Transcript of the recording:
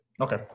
Okay